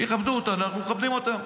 שיכבדו אותנו, אנחנו מכבדים אותם.